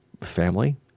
family